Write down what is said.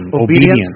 Obedience